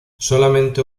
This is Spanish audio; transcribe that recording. solamente